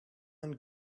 and